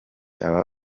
aba